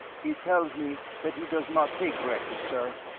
he tells me that he does not take breakfast, sir.